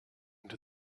into